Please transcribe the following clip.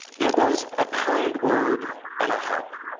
it was a kind word and a hug